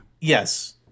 Yes